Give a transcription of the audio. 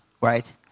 right